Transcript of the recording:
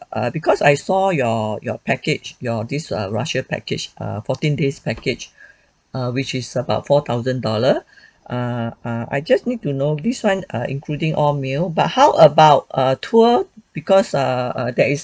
err because I saw your your package your this err russia package err fourteen days package err which is about four thousand dollar err err I just need to know this one ah including all meals but how about err tour because err there is